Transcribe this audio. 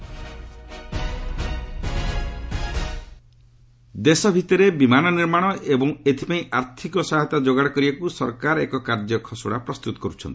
ପ୍ରଭ୍ରୁ ଦେଶ ଭିତରେ ବିମାନ ନିର୍ମାଣ ଏବଂ ଏଥିପାଇଁ ଆର୍ଥିକ ସହାୟତା ଯୋଗାଡ଼ କରିବାକୁ ସରକାର ଏକ କାର୍ଯ୍ୟ ଖସଡ଼ା ପ୍ରସ୍ତୁତ କରୁଛନ୍ତି